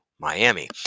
Miami